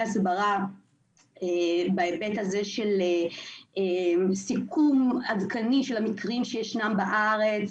הסברה בהיבט של סיכום עדכני של המקרים בארץ,